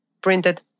printed